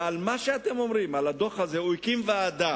מה שאתם אומרים על הדוח הזה, הוא הקים ועדה